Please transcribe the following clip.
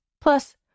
Plus